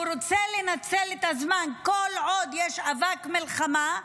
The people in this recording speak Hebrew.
הוא רוצה לנצל את הזמן כל עוד יש אבק מלחמה,